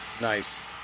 Nice